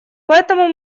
поэтому